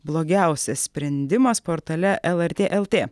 blogiausias sprendimas portale lrt lt